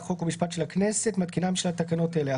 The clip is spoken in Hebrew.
, מתקינה הממשלה תקנות אלה: